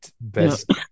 best